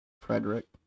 Frederick